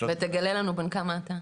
תגלה לנו בן כמה אתה.